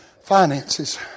finances